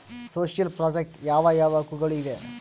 Social project ಯಾವ ಯಾವ ಹಕ್ಕುಗಳು ಇವೆ?